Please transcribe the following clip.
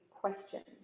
questions